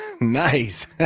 nice